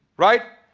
right?